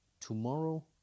tomorrow